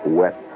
wet